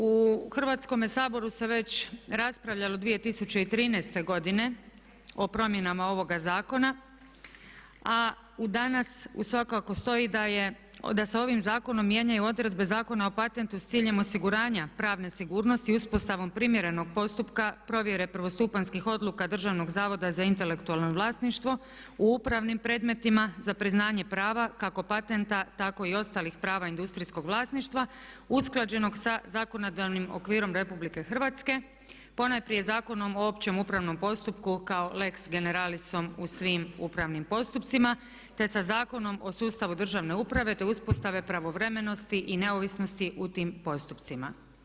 U Hrvatskome saboru se već raspravljalo 2013.godine o promjenama ovoga zakona a danas svakako stoji da se ovim zakona mijenjaju odredbe Zakona o patentu s ciljem osiguranja pravne sigurnosti i uspostavom primjerenog postupka provjere prvostupanjskih odluka Državnog zavoda za intelektualno vlasništvo u upravnim predmetima za priznanje prava kako patenta tako i ostalih prava industrijskog vlasništva usklađenog sa zakonodavnim okvirom RH ponajprije Zakonom o općem upravom postupku kao lex generalisom u svim upravnim postupcima, te sa Zakonom o sustavu državne uprave te uspostave pravovremenosti i neovisnosti u tim postupcima.